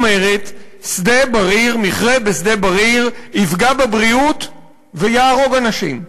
אומרת: מכרה בשדה-בריר יפגע בבריאות ויהרוג אנשים.